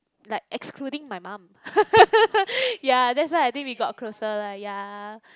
like excluding my mom yea that's why I think we got closer lah yea